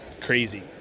crazy